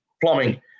plumbing